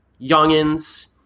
youngins